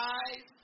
eyes